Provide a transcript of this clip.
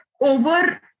over